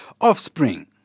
offspring